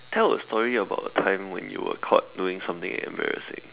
tell a story about a time when you were caught doing something embarrassing